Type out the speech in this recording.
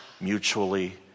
mutually